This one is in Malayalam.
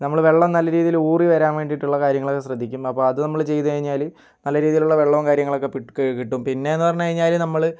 നമ്മൾ വെള്ളം നല്ല രീതിയിൽ ഊറി വരാൻ വേണ്ടിയിട്ടുള്ള കാര്യങ്ങളൊക്കെ ശ്രദ്ധിക്കും അപ്പം അതു നമ്മൾ ചെയ്തു കഴിഞ്ഞാൽ നല്ല രീതിയിലുള്ള വെള്ളവും കാര്യങ്ങളൊക്കെ കിട്ടും പിന്നേയെന്ന് പറഞ്ഞു കഴിഞ്ഞാൽ നമ്മൾ